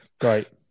Great